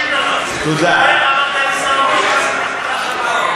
אדוני שר הרווחה,